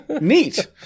Neat